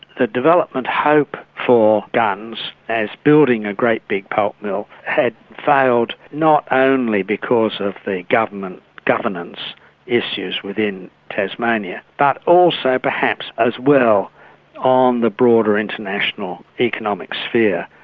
the development hope for gunns as building a great big pulp mill had failed not only because of the government governance issues within tasmania, but also perhaps as well on the broader international economic sphere.